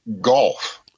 golf